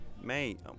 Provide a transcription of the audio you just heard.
Mate